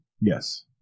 yes